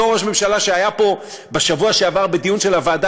אותו ראש ממשלה שהיה פה בשבוע שעבר בדיון של הוועדה